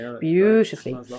beautifully